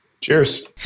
Cheers